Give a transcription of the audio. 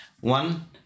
one